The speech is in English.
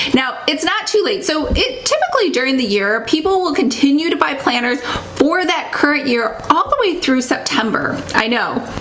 now, it's not too late. so, it typically during the year, people will continue to buy planners for that current year, all the way through september. i know.